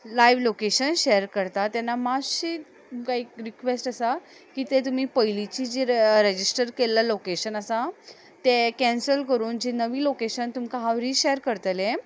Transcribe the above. live location share करता तेन्ना मातशें रिक्वेस्ट आसा की ते तुमी पयलींची जी रजिस्ट्रर केल्लें लोकेशन आसा तें कँसल करून जी नवी लोकेशन तुमकां हांव रिशेअर करतलें